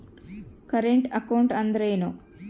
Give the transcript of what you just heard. Current account ಅಂದರೇನು?